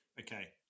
Okay